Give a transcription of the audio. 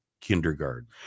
kindergarten